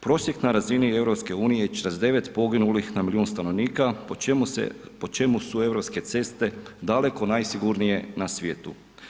Prosjek na razini EU 49 poginulih na milijun stanovnika po čemu su europske ceste daleko najsigurnije na svijetu.